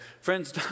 Friends